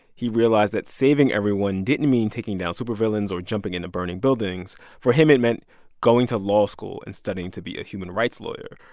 he realized that saving everyone didn't mean taking down supervillains or jumping into burning buildings. for him, it meant going to law school and studying to be a human rights lawyer.